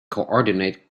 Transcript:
coordinate